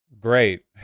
great